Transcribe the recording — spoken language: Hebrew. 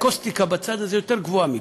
האקוסטיקה בצד הזה יותר גבוהה מפה,